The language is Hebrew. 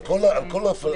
על כל הדברים.